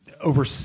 over